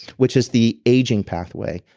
which is the aging pathway.